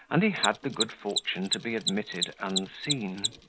and he had the good fortune to be admitted unseen.